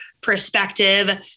perspective